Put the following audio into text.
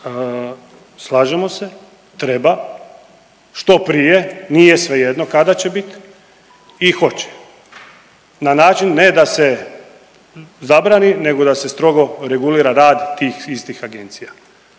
slažemo se, treba, što prije, nije svejedno kada će bit i hoće. Na način ne da se zabrani nego da se strogo regulira rad tih istih agencija.